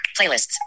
playlists